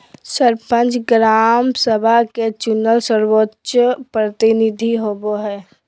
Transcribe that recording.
सरपंच, ग्राम सभा के चुनल सर्वोच्च प्रतिनिधि होबो हइ